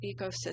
ecosystem